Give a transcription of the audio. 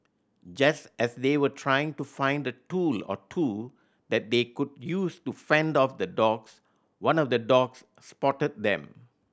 just as they were trying to find a tool or two that they could use to fend off the dogs one of the dogs spotted them